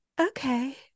Okay